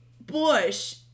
Bush